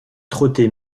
trotter